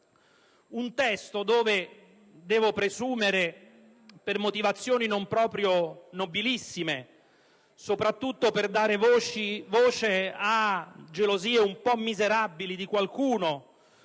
Un testo nel quale, devo presumere per motivazioni non proprio nobilissime - soprattutto per dare voce a gelosie un po' miserabili di qualcuno